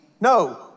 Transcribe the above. No